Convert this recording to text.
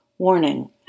Warning